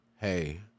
hey